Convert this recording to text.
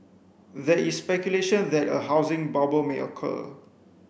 there is speculation that a housing bubble may occur